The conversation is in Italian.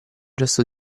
gesto